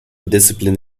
discipline